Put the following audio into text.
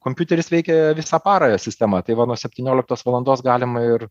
kompiuteris veikia visą parą sistema tai va nuo septynioliktos valandos galima ir